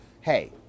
hey